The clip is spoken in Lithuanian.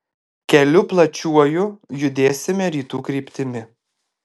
keliu plačiuoju judėsime rytų kryptimi